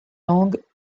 langues